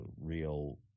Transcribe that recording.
real